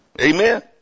Amen